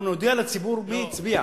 אנחנו נודיע לציבור מי הצביע.